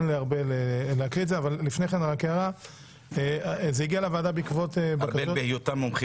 זה הגיע לוועדה בעקבות פניות